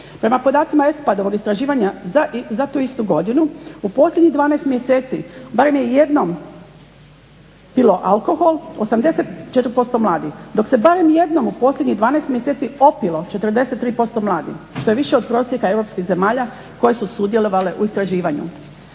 Prema podacima ESPAD-ovog istraživanja za tu istu godinu u posljednjih 12 mjeseci barem je jednom pilo alkohol 84% mladih, dok se barem jednom u posljednjih 12 mjeseci opilo 43% mladih, što je više od prosjeka europskih zemalja koje su sudjelovale u istraživanju.